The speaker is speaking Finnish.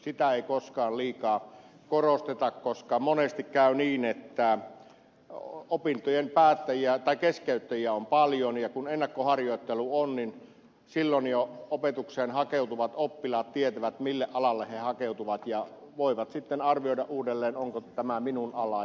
sitä ei koskaan liikaa korosteta koska monesti käy niin että opintojen keskeyttäjiä on paljon ja kun ennakkoharjoittelu on niin silloin jo opetukseen hakeutuvat oppilaat tietävät mille alalle he hakeutuvat ja voivat sitten arvioida uudelleen onko tämä minun alani